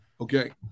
Okay